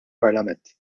parlament